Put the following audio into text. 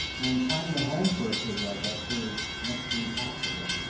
and finding a home for a pig like esther is next to impossible.